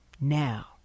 Now